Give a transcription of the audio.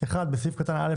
בסעיף קטן (א),